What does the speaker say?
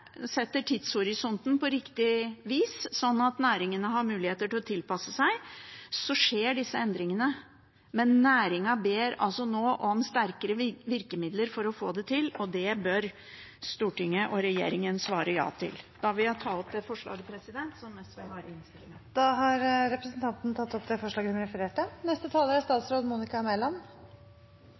setter tidshorisonten på riktig vis, slik at næringene har mulighet til å tilpasse seg, skjer disse endringene. Men næringen ber altså nå om sterkere virkemidler for å få det til, og det bør Stortinget og regjeringen svare ja til. Da vil jeg ta opp det forslaget som SV har i innstillingen. Representanten Karin Andersen har tatt opp det forslaget hun refererte til. Selv om de direkte klimagassutslippene fra norske bygg er